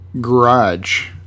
garage